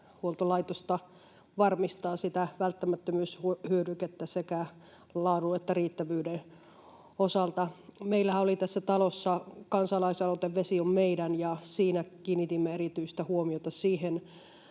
vesihuoltolaitosta varmistaa sitä välttämättömyyshyödykettä sekä laadun että riittävyyden osalta. Meillähän oli tässä talossa kansalaisaloite Vesi on meidän, ja siinä kiinnitimme erityistä huomiota siihen